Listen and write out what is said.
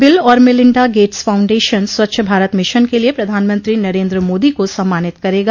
bill और Melinda Gates Foundation Swachh Bharat Mission के लिए प्रधानमंत्री नरेन्द्र मोदी को सम्मानित करेगा